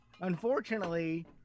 Unfortunately